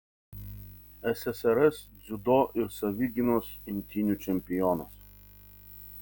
ssrs dziudo ir savigynos imtynių čempionas